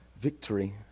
victory